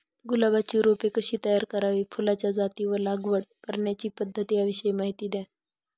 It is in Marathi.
गुलाबाची रोपे कशी तयार करावी? फुलाच्या जाती व लागवड करण्याची पद्धत याविषयी माहिती द्या